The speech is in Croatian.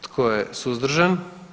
Tko je suzdržan?